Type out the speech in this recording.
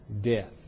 death